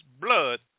blood